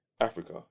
Africa